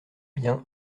bien